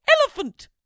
elephant